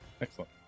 Excellent